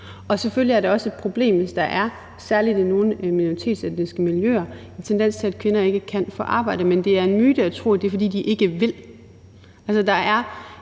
Og selvfølgelig er det også et problem, hvis der – særlig i nogle minoritetsetniske miljøer – er en tendens til, at kvinder ikke kan få arbejde. Men det er en myte, at det er, fordi de ikke vil.